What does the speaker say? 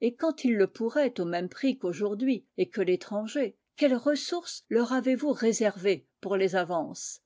et quand ils le pourraient au même prix qu'aujourd'hui et que l'étranger quelle ressource leur avez-vous réservée pour les avances